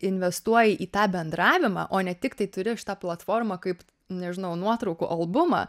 investuoji į tą bendravimą o ne tiktai turi šitą platformą kaip nežinau nuotraukų albumą